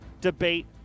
debate